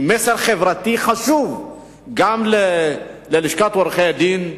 היא מסר חברתי חשוב גם ללשכת עורכי-הדין.